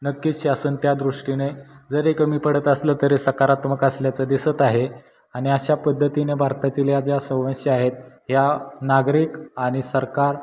नक्कीच शासन त्या दृष्टीने जरी कमी पडत असलं तरी सकारात्मक असल्याचं दिसत आहे आणि अशा पद्धतीने भारतातील या ज्या समस्या आहेत ह्या नागरिक आणि सरकार